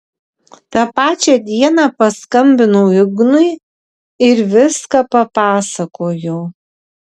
tą pačią dieną paskambinau ignui ir viską papasakojau